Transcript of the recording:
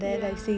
ya